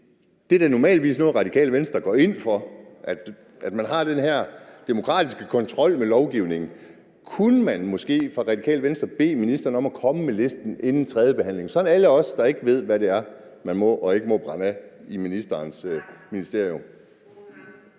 Det er da normalvis noget, Radikale Venstre går ind for, altså at man har den her demokratiske kontrol med lovgivningen. Kunne man måske fra Radikale Venstres side bede ministeren om at komme med listen inden tredjebehandlingen til alle os, der ikke ved, hvad det er, man må og ikke må brænde af ifølge ministerens ministerium?